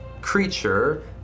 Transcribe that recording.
creature